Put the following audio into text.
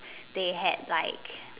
they had like